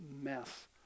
mess